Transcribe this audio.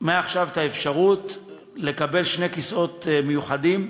מעכשיו אפשרות לקבל שני כיסאות מיוחדים,